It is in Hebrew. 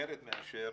זה אחרת מאשר